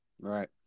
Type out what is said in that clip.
right